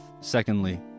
Secondly